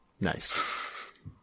Nice